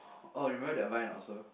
oh you remember that vine also